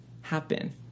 happen